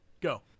Go